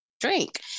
drink